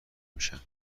میشن